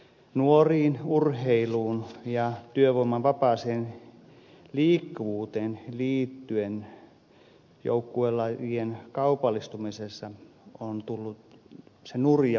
nuoriin urheiluun ja työvoiman vapaaseen liikkuvuuteen liittyen joukkuelajien kaupallistumisessa on tullut se nurja puolikin vastaan